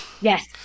yes